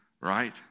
right